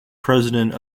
president